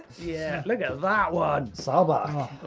yeah. look at that one! so but